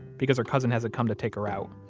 because her cousin hasn't come to take her out.